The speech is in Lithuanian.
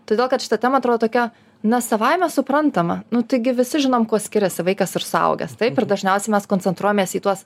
todėl kad šita tema atrodo tokia na savaime suprantama nu taigi visi žinom kuo skiriasi vaikas ir suaugęs taip ir dažniausiai mes koncentruojamės į tuos